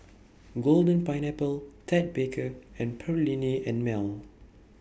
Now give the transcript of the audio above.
Golden Pineapple Ted Baker and Perllini and Mel